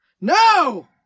No